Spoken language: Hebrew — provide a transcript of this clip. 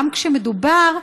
גם כשמדובר,